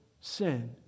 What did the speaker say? sin